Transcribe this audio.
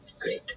Great